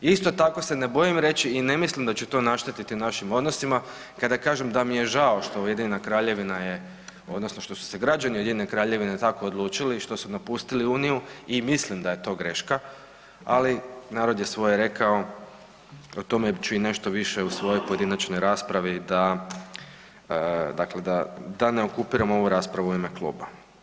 Isto tako se ne bojim reći i ne mislim da će to naštetiti našim odnosima kada kažem da mi je žao što Ujedinjena Kraljevina je odnosno što su se građani Ujedinjene Kraljevine tako odlučili i što su napustili uniju i mislim da je to greška, ali narod je svoje rekao, o tome ću i nešto više u svojoj pojedinačnoj raspravi da, dakle da ne okupiram ovu raspravu u ime kluba.